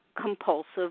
compulsive